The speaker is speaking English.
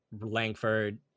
Langford